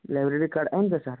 library card ଆନିଛେ sir